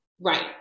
Right